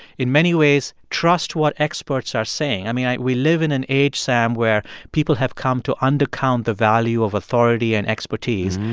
in many ways, trust what experts are saying. i mean, we live in an age, sam, where people have come to undercount the value of authority and expertise.